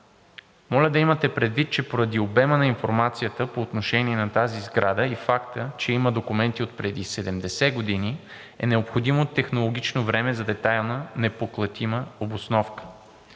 моля да имате предвид, че поради обема на информацията по отношение на тази сграда и факта, че има документи отпреди 70 години, е необходимо технологично време за детайлна непоклатима обосновка.